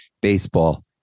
Baseball